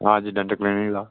हां जी dental clinic दा